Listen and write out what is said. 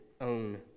own